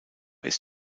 ist